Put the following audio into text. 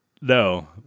No